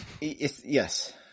Yes